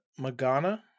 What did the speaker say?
Magana